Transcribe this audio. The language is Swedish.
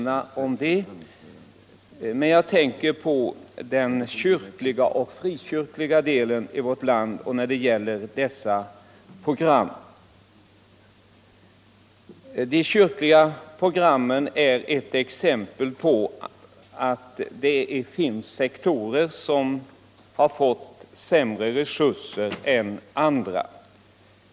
Jag tänker i stället tala om programmen för den kyrkliga och frikyrkliga delen av vårt folk. De kyrkliga programmen är eu exempel på att det finns sektorer som har fått sämre resurser än andra.